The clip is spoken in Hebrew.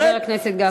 חבר הכנסת גפני.